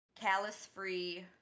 callus-free